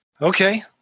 Okay